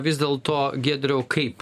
vis dėl to giedriau kaip